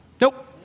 Nope